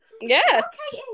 Yes